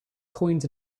coins